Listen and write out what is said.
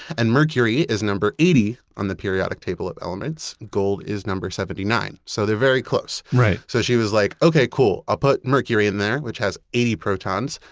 and mercury is number eighty on the periodic table of elements. gold is number seventy nine. so they're very close right so she was like, okay, cool, i'll i'll put mercury in there, which has eighty protons.